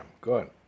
good